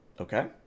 Okay